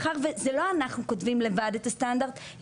מאחר וזה לא אנחנו כותבים לבד את הסטנדרט,